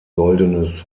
goldenes